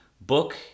book